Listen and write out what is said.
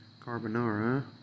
carbonara